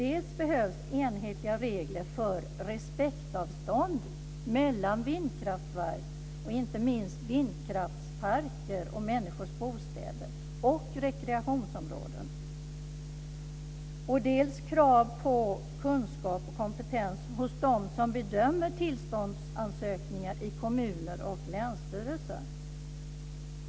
Dels behövs det enhetliga regler för respektavstånd mellan vindkraftverk - och inte minst vindkraftsparker - och människors bostäder och rekreationsområden. Dels ställs det krav på kunskap och kompetens hos dem som bedömer tillståndsansökningar i kommuner och länsstyrelser.